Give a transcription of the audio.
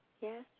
Yes